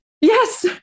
Yes